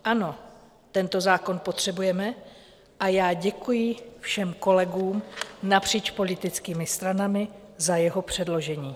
Ano, tento zákon potřebujeme a já děkuji všem kolegům napříč politickými stranami za jeho předložení.